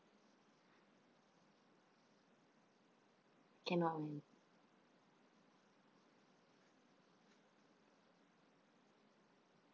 cannot man